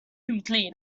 vacuum